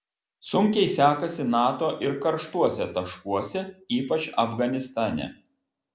sunkiai sekasi nato ir karštuose taškuose ypač afganistane